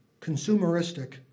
consumeristic